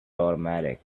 automatic